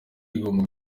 rigomba